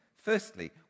Firstly